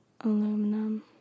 Aluminum